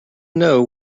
know